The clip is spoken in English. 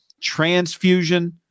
transfusion